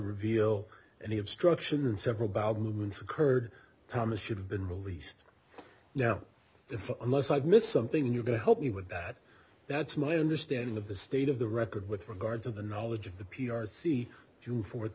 reveal any of struction and several bowel movements occurred thomas should have been released now if unless i've missed something new to help me with that that's my understanding of the state of the record with regard to the knowledge of the p r c june fourth